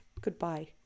Goodbye